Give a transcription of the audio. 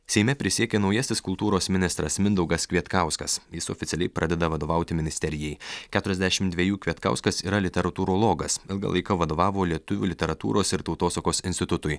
seime prisiekė naujasis kultūros ministras mindaugas kvietkauskas jis oficialiai pradeda vadovauti ministerijai ketiriasdešim dvejų kvietkauskas yra literatūrologas ilgą laiką vadovavo lietuvių literatūros ir tautosakos institutui